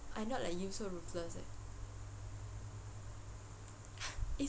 I not like you so ruthless eh